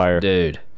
Dude